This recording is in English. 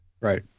Right